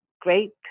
great